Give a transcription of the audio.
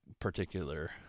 particular